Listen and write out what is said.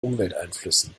umwelteinflüssen